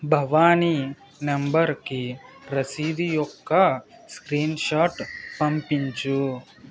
భవానీ నంబర్కి రశీదు యొక్క స్క్రీన్ షాట్ పంపించు